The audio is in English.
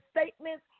statements